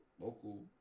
local